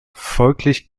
folglich